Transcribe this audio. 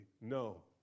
no